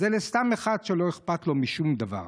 זה לסתם אחד שלא אכפת לו משום דבר.